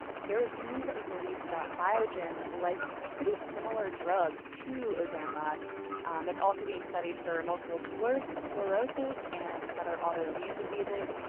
and there was some news that was released that biogen licensed a pretty similar drug to ozanimod that's also being studied for multiple sclerosis sclerosis and some other autoimmune diseases.